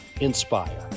inspire